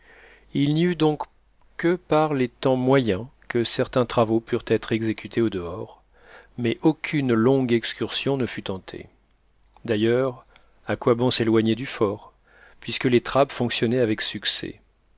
il n'y eut donc que par les temps moyens que certains travaux purent être exécutés au-dehors mais aucune longue excursion ne fut tentée d'ailleurs à quoi bon s'éloigner du fort puisque les trappes fonctionnaient avec succès